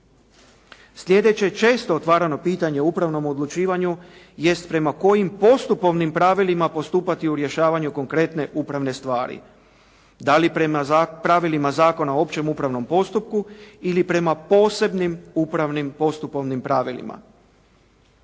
Sljedeće često otvarano pitanje u upravnom odlučivanju jest prema kojim postupovnim pravilima postupati u rješavanju konkretne upravne stvari? Da li prema pravilima Zakona o općem upravnom postupku ili prema posebnim upravnim postupovnim pravilima.